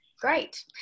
Great